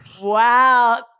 Wow